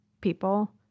people